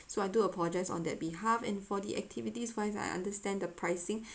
so I do apologise on their behalf and for the activities wise I understand the pricing